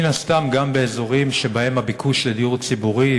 מן הסתם גם באזורים שבהם הביקוש לדיור ציבורי,